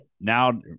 now